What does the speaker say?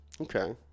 Okay